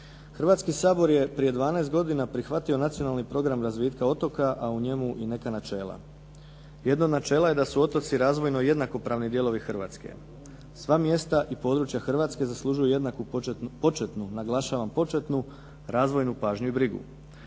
Hrvatski sabor je prije 12 godina prihvatio Nacionalni program razvitka otoka, a u njemu i neka načela. Jedno od načela je da su otoci razvojno jednakopravni dijelovi Hrvatske. Sva mjesta i područja Hrvatske zaslužuju jednaku početnu, naglašavam početnu razvojnu pažnju i brigu.